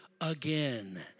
again